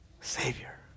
Savior